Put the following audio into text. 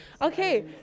Okay